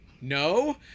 no